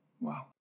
Wow